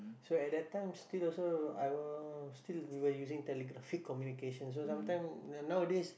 so at that time still also I will still using telegraphic communication so sometime nowadays